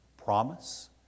promise